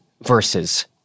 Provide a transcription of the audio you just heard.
verses